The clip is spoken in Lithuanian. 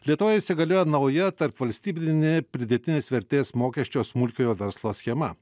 lietuvoje įsigalioja nauja tarpvalstybinė pridėtinės vertės mokesčio smulkiojo verslo schema